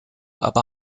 aber